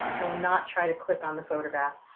i will not try to click on the photograph,